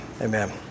amen